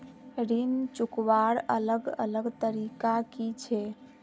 ऋण चुकवार अलग अलग तरीका कि छे?